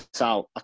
out